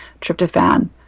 tryptophan